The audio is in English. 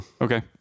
Okay